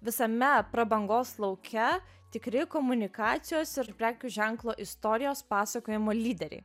visame prabangos lauke tikri komunikacijos ir prekių ženklo istorijos pasakojimo lyderiai